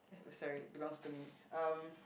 sorry belongs to me um